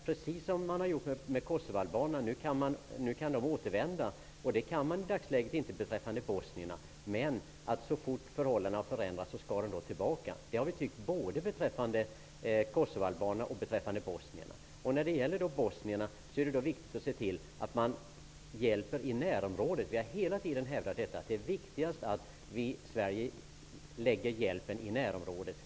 Precis som man agerat i fråga om kosovoalbanerna som nu kan återvända, skall man agera vad gäller bosnierna. I dagsläget kan bosnierna inte återvända, men så fort förhållandena förändrats skall de tillbaka till sitt hemland. Det har vi i Ny demokrati tyckt både vad gäller kosovolbanerna och vad gäller bosnierna. Det är då viktigt att se till att hjälpa bosnierna i deras närområde. Ny demokrati har hela tiden hävdat att det är viktigast att förlägga hjälpen i närområdet.